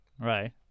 Right